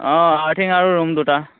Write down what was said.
অঁ আৰ্থিং আৰু ৰুম দুটা